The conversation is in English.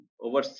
over